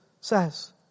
says